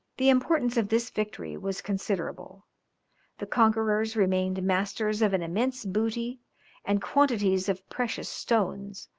the importance of this victory was considerable the conquerors remained masters of an immense booty and quantities of precious stones,